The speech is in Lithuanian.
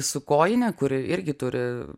su kojine kuri irgi turi